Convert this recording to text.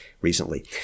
recently